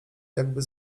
jakby